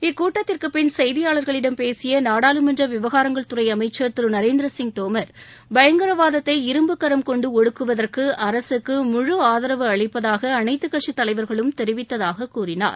இக்கூட்டத்திற்குப் பின் செய்தியாளர்களிடம் பேசிய நாடாளுமன்ற விவகாரங்கள் துறை அமைச்சர் திரு நரேந்திர சிங் தோமர் பயங்கரவாதத்தை இரும்புக் கரம் கொண்டு ஒடுக்குவதற்கு அரசுக்கு முழு ஆதரவு அளிப்பதாக அனைத்துக் கட்சித் தலைவர்களும் தெரிவித்ததாகக் கூறினார்